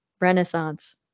Renaissance